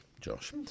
Josh